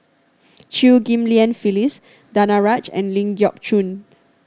Chew Ghim Lian Phyllis Danaraj and Ling Geok Choon